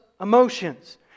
emotions